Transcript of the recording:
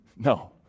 No